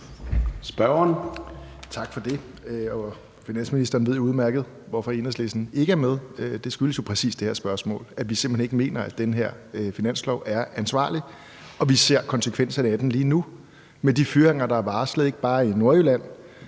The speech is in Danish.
(EL): Tak for det. Finansministeren ved jo udmærket, hvorfor Enhedslisten ikke er med. Det skyldes jo præcis det her spørgsmål. Vi mener simpelt hen ikke, at denne her finanslov er ansvarlig, og vi ser konsekvenserne af den lige nu med de fyringer, der er varslet, ikke bare i Nordjylland,